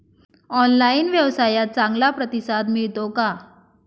Online व्यवसायात चांगला प्रतिसाद मिळतो का?